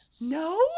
No